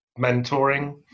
mentoring